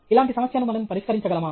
ఇలాంటి సమస్యను మనం పరిష్కరించగలమా